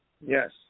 Yes